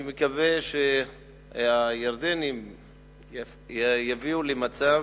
אני מקווה שהירדנים יביאו למצב